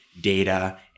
data